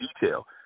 detail